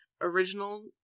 original